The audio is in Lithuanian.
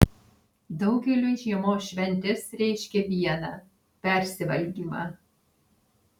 daugeliui žiemos šventės reiškia viena persivalgymą